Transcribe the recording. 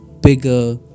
Bigger